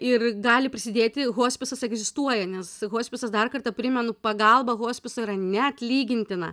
ir gali prisidėti hospisas egzistuoja nes hospisas dar kartą primenu pagalba hospiso yra neatlygintina